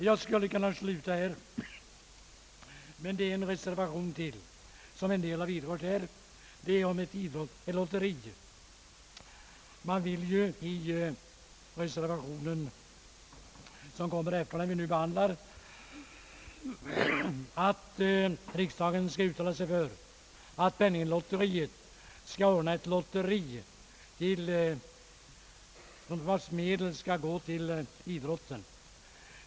Jag skulle kunna sluta mitt anförande här, men det föreligger ytterligare en reservation efter den vi nu behandlar, som några av de föregående talarna har vidrört. I den reservationen yrkas att riksdagen skall uttala sig för att penninglotteriet skall anordna ett lotteri vars medel skall gå till idrotten.